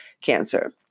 cancer